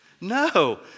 No